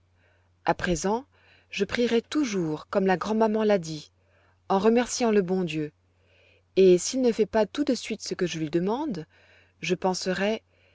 a présent je prierai toujours comme la grand'maman l'a dit en remerciant le bon dieu et s'il ne fait pas tout de suite ce que je lui demande je penserai